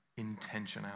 intentionality